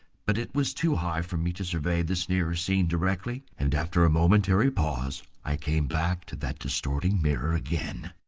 but it was too high for me to survey this nearer scene directly, and after a momentary pause i came back to that distorting mirror again.